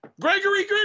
Gregory